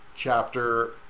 chapter